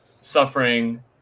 suffering